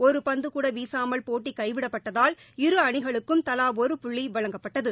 ஒரு பந்துகூட வீசாமல் போட்டி கைவிடப்பட்டதால் இரு அணிகளுக்கும் தலா ஒரு புள்ளி வழங்கப்பட்டது